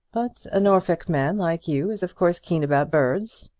but a norfolk man like you is of course keen about birds.